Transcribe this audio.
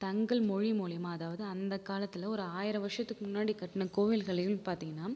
தங்கள் மொழி மூலிமா அதாவது அந்த காலத்தில் ஒரு ஆயிர வருஷத்துக்கு முன்னாடி கட்டின கோவில்களையும் பார்த்தீங்கனா